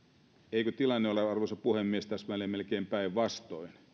eikö tilanne ole arvoisa puhemies täsmälleen melkein päinvastoin